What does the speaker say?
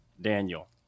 Daniel